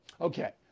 okay